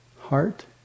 heart